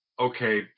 okay